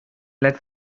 let